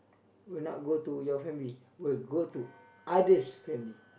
would not go to your family will go to others family